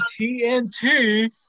TNT